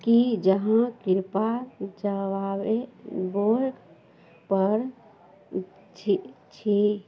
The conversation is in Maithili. की जहाँ कृपा जबाबे बोगपर छी छी